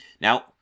Now